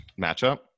matchup